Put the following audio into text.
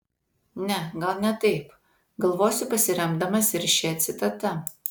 ne gal ne taip galvosiu pasiremdamas ir šia citata